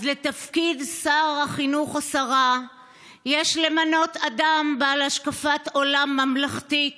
אז לתפקיד שר החינוך או שרת החינוך יש למנות אדם בעל השקפת עולם ממלכתית